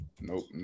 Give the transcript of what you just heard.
nope